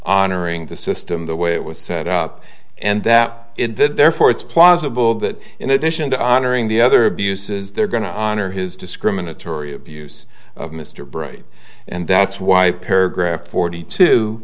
honoring the system the way it was set up and that therefore it's plausible that in addition to honoring the other abuses they're going to honor his discriminatory abuse of mr bright and that's why paragraph forty two